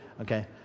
Okay